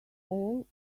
all